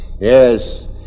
Yes